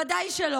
ודאי שלא.